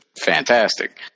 fantastic